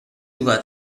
jugar